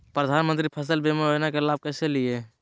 प्रधानमंत्री फसल बीमा योजना के लाभ कैसे लिये?